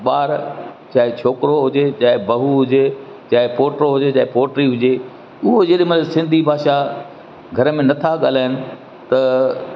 ॿार चाहे छोकिरो हुजे चाहे बहू हुजे चाहे पोटो हुजे चाहे पोटी हुजे उहो जेॾीमहिल सिंधी भाषा घर में नथा ॻाल्हाइनि त